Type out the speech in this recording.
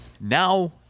now